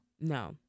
No